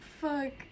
Fuck